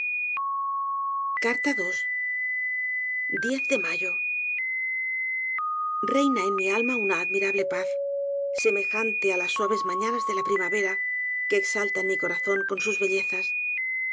de mayo reina en mi alma una admirable paz semejante á las suaves mañanas de la primavera que exaltan mi corazón con sus bellezas